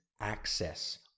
access